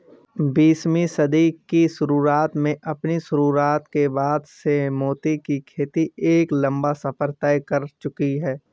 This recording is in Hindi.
बीसवीं सदी की शुरुआत में अपनी शुरुआत के बाद से मोती की खेती एक लंबा सफर तय कर चुकी है